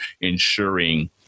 ensuring